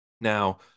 Now